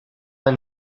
del